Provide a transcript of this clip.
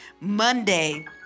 Monday